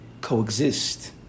coexist